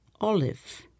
Olive